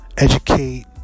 Educate